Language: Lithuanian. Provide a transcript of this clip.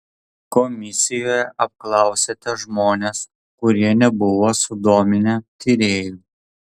komisijoje apklausėte žmones kurie nebuvo sudominę tyrėjų